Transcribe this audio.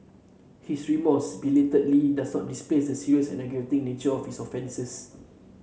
his remorse belatedly does not displace the serious and aggravating nature of his offences